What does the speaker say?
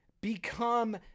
become